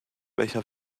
welcher